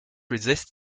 resist